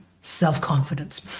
self-confidence